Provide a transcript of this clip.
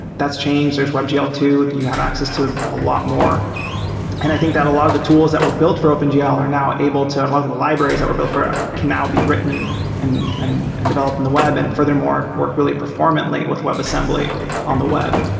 that's changed. there's webgl too that you have access to a lot more and i think that a lot of the tools that were built for opengl are now able to and allow the libraries that were built for it, can now be written and and and developed in the web and furthermore, work really performantly with webassembly on the web.